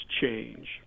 change